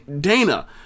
Dana